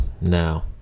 now